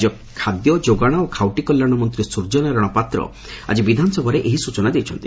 ରାକ୍ୟ ଖାଦ୍ୟ ଯୋଗାଣ ଓ ଖାଉଟି କଲ୍ୟାଶ ମନ୍ତୀ ସୂର୍ଯ୍ୟନାରାୟଶ ପାତ୍ର ଆକି ବିଧାନସଭାରେ ଏହି ସୂଚନା ଦେଇଛନ୍ତି